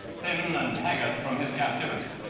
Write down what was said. thin and haggard from his captivity.